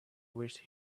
wished